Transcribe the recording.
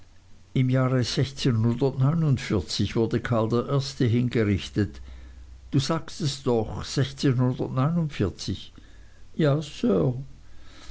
im jahre wurde karl i hingerichtet du sagtest doch ja sir